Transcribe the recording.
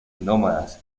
nómadas